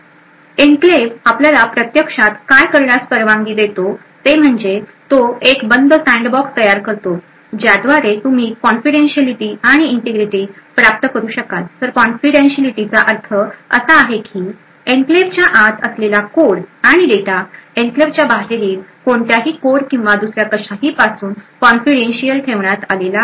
enclave आपल्याला प्रत्यक्षात काय करण्यास परवानगी देतो ते म्हणजे तो एक बंद सँडबॉक्स तयार करतो ज्याद्वारे तुम्ही कॉन्फिडन्टशीआलीटी आणि इंटिग्रिटी प्राप्त करू शकालतर कॉन्फिडन्टशीआलीटीचा अर्थ असा आहे की एन्क्लेव्हच्या आत असलेला कोड आणि डेटा एन्क्लेव्हच्या बाहेरील कोणत्याही कोड किंवा दुसऱ्या कशापासून ही कॉन्फिडन्टशीअल ठेवण्यात आला आहे